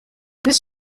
this